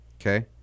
Okay